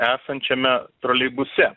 esančiame troleibuse